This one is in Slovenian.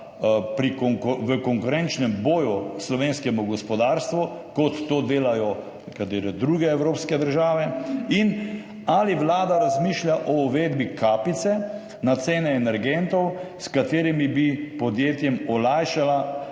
konkurenčnem boju slovenskemu gospodarstvu, kot to delajo nekatere druge evropske države? Ali Vlada razmišlja o uvedbi kapice na cene energentov, s katero bi podjetjem olajšala